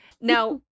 now